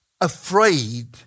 afraid